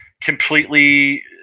completely